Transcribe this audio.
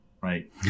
Right